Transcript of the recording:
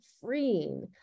freeing